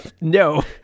No